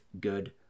Good